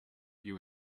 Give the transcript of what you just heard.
you